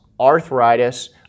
arthritis